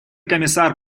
комиссар